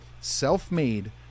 self-made